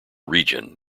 region